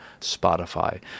Spotify